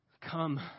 come